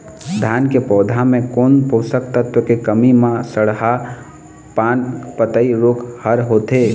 धान के पौधा मे कोन पोषक तत्व के कमी म सड़हा पान पतई रोग हर होथे?